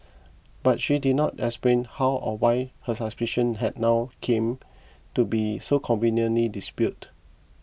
but she did not explain how or why her suspicion had now came to be so conveniently dispelled